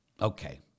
okay